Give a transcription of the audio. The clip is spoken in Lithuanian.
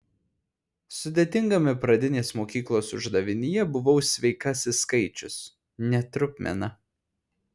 sudėtingame pradinės mokyklos uždavinyje buvau sveikasis skaičius ne trupmena